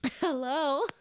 hello